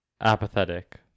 apathetic